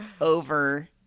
over